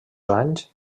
anys